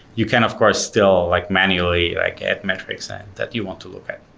you can of course still like manually like add metrics in that you want to look at.